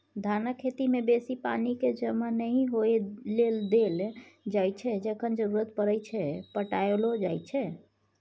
धानक खेती मे बेसी पानि केँ जमा नहि होइ लेल देल जाइ छै जखन जरुरत परय छै पटाएलो जाइ छै